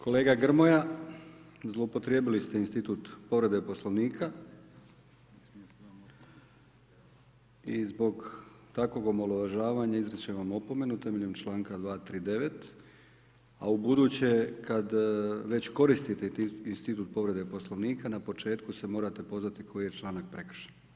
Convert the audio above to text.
Kolega Grmoja, zloupotrijebili ste institut povrede Poslovnika i zbog takvog omalovažavanja izričem vam opomenu temeljem članka 239 a ubuduće kad već koristite institut povrede Poslovnika, na početku se morate pozvati koji je članak prekršen.